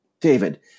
David